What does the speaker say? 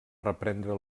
reprendre